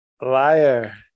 liar